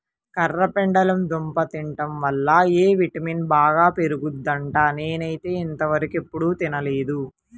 కర్రపెండలం దుంప తింటం వల్ల ఎ విటమిన్ బాగా పెరుగుద్దంట, నేనైతే ఇంతవరకెప్పుడు తినలేదు